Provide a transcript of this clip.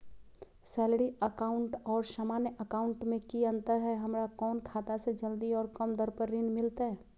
Salary account और सामान्य account मे की अंतर है हमरा कौन खाता से जल्दी और कम दर पर ऋण मिलतय?